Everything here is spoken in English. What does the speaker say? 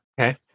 Okay